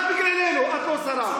רק בגללנו את לא שרה.